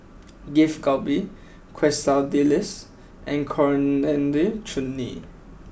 Beef Galbi Quesadillas and Coriander Chutney